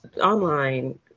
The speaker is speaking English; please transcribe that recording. online